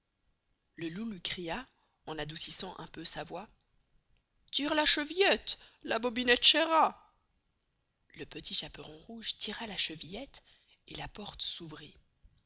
le loup luy cria en adoucissant un peu sa voix tire la chevillette la bobinette cherra le petit chaperon rouge tira la chevillette et la porte s'ouvrit